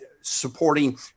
supporting